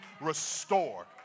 restore